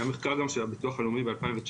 היה מחקר של הביטוח הלאומי ב-2019,